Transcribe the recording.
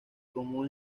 común